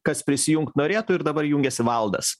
kas prisijungt norėtų ir dabar jungiasi valdas